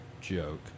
joke